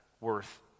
worth